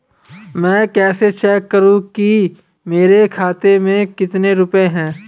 मैं कैसे चेक करूं कि मेरे खाते में कितने रुपए हैं?